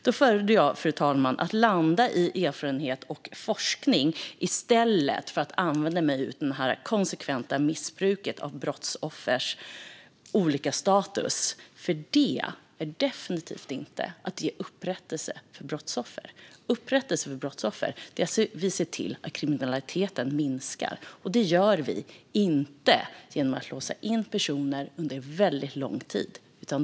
Då föredrar jag, fru talman, att landa i erfarenhet och forskning i stället för att använda mig av det konsekventa missbruket av brottsoffers olika status, vilket definitivt inte är att ge upprättelse för brottsoffer. Upprättelse för brottsoffer är att se till att kriminaliteten minskar. Detta gör vi inte genom att låsa in personer under väldigt lång tid.